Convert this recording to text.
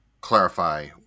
clarify